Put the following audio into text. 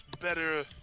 better